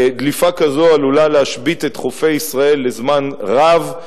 דליפה כזאת עלולה להשבית את חופי ישראל לזמן רב,